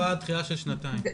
לגבי הדחייה בשנתיים.